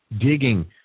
digging